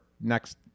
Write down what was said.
next